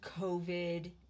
COVID